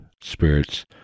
spirits